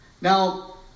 Now